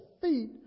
feet